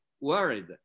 worried